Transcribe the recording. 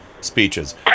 speeches